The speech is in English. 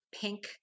pink